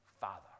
Father